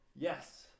Yes